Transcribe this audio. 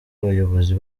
abayobozi